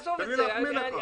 תן לי להחמיא לך.